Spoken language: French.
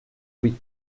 oui